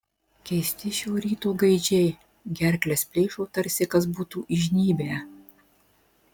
keisti šio ryto gaidžiai gerkles plėšo tarsi kas būtų įžnybę